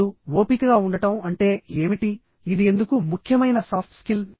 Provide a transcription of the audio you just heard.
ఇప్పుడు ఓపికగా ఉండటం అంటే ఏమిటి ఇది ఎందుకు ముఖ్యమైన సాఫ్ట్ స్కిల్